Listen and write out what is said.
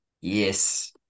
yes